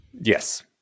Yes